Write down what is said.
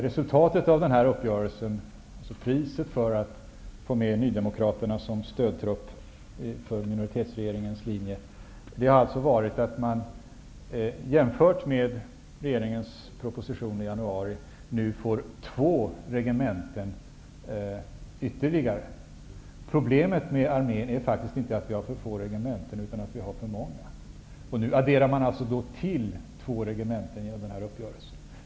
Resultatet av denna uppgörelse, alltså priset för att få med Nydemokraterna såsom stödtrupp för minoritetsregeringens linje, blev att vi jämfört med regeringens proposition i januari nu får två regementen ytterligare. Men problemet med armén är faktiskt inte att vi har för få regementen utan att vi har för många. Nu adderar man till två regementen genom denna uppgörelse.